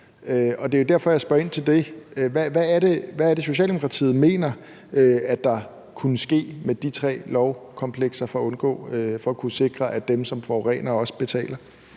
Og det er jo derfor, jeg spørger ind til, hvad det er, Socialdemokratiet mener der kunne ske med de tre lovkomplekser for at kunne sikre, at dem, som forurener, også betaler.